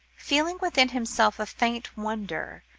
feeling within himself a faint wonder,